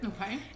Okay